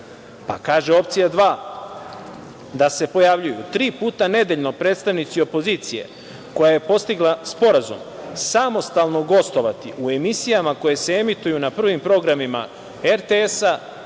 Kaže opcija dva – da se pojavljuju tri puta nedeljno predstavnici opozicije koja je postigla sporazum, samostalno gostovati u emisijama koje se emituju na prvim programima RTS,